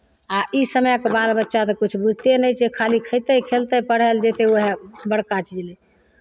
आ ई समयके बाल बच्चा तऽ किछु बुझिते नहि छै खाली खयतै खेलतै पढ़य लेल जयतै उएह बड़का चीज